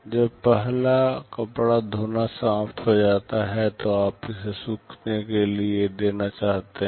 जब पहला कपड़ा धोना समाप्त हो जाता है तो आप इसे सूखने के लिए देना चाहते हैं